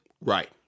Right